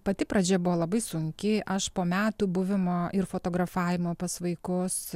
pati pradžia buvo labai sunki aš po metų buvimo ir fotografavimo pas vaikus